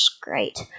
great